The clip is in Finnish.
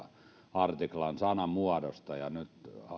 artiklan sanamuodosta ja nyt